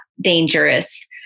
dangerous